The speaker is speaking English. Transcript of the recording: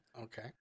Okay